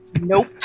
Nope